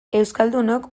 euskaldunok